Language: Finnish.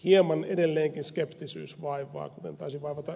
hieman edelleenkin skeptisyys vaivaa kuten taisi vaivata